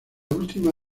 última